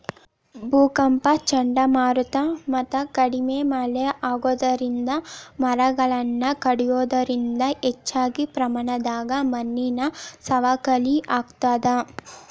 ಭೂಕಂಪ ಚಂಡಮಾರುತ ಮತ್ತ ಕಡಿಮಿ ಮಳೆ ಆಗೋದರಿಂದ ಮರಗಳನ್ನ ಕಡಿಯೋದರಿಂದ ಹೆಚ್ಚಿನ ಪ್ರಮಾಣದಾಗ ಮಣ್ಣಿನ ಸವಕಳಿ ಆಗ್ತದ